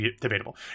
debatable